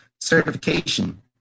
certification